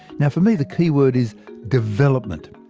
now for me, the key word is development.